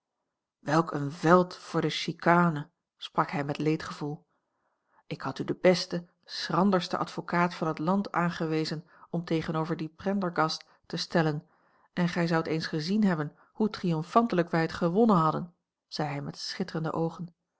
welk een veld voor de chicane sprak hij met leedgevoel ik had u den besten schrandersten advocaat van het land aangewezen om tegenover dien prendergast te stellen en gij zoudt eens gezien hebben hoe triomfantelijk wij het gewonnen hadden zei hij met schitterende oogen